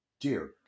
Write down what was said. dear